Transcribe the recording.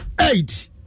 eight